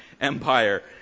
empire